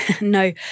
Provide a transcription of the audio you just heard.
No